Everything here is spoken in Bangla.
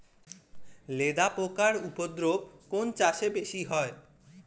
লেদা পোকার উপদ্রব কোন চাষে বেশি হয়?